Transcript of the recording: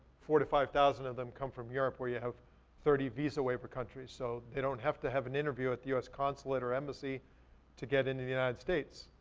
forty five thousand of them come from europe where you have thirty visa waiver countries. so they don't have to have an interview at the us consulate or embassy to get into the united states.